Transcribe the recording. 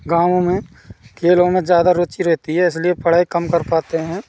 गाँवों में खेलों में ज़्यादा रुचि रहती है इसलिए पढ़ाई कम कर पाते हैं